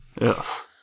Yes